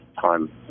time